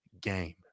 game